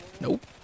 Nope